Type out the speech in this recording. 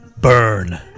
burn